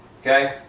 Okay